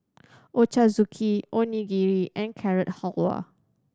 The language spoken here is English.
Ochazuke Onigiri and Carrot Halwa